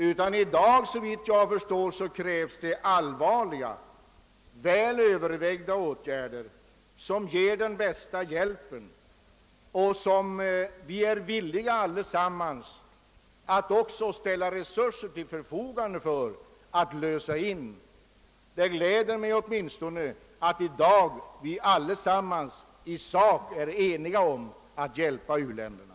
Nej, i dag krävs såvitt jag förstår allvarliga och väl övervägda åtgärder, vilka ger den bästa hjälpen och för vilka vi alla är villiga att ställa resurser till förfogande. Det gläder mig att vi i dag åtminstone i sak är eniga om att hjälpa u-länderna.